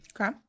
Okay